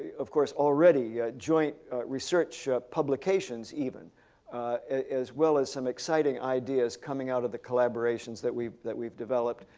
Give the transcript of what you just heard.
of course, already joint research publications even as well as some exciting ideas coming out of the collaborations that we've that we've developed.